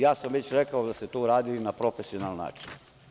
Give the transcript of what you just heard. Ja sam već rekao da ste to uradili na profesionalan način.